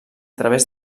través